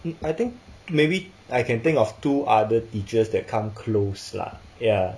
I think maybe I can think of two other teachers that come close lah ya